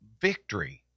victory